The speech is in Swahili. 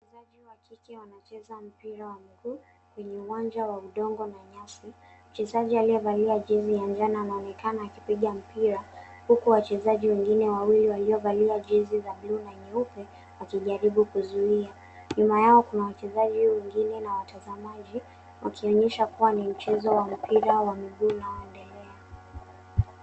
Wachezaji wa kike wanacheza mpira wa miguu kwenye uwanja wa udongo na nyasi. Mchezaji aliyevaa jezi ya njano anaonekana akipiga mpira, huku wachezaji wengine wawili waliovaa jezi za blue na nyeupe wakijaribu kuzuia. Nyuma yao kuna wachezaji wengine na watazamaji wakionyesha kuwa ni mchezo wa mpira wa miguu unaoendelea.